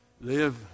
live